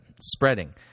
spreading